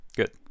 good